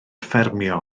ffermio